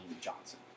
Johnson